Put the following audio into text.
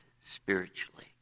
spiritually